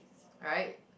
right